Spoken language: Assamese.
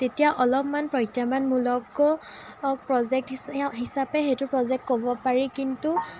তেতিয়া অলপমান প্ৰত্যাহ্বানমূলক প্ৰজেক্ট হিচাপে সেইটো প্ৰজেক্ট ক'ব পাৰি কিন্তু